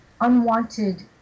unwanted